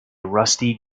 rusty